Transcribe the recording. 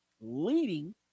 leading